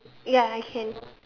ya I can